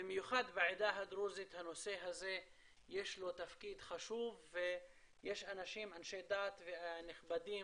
במיוחד בעדה הדרוזית לנושא הזה יש תפקיד חשוב ויש אנשי דת ונכבדים